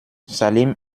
salim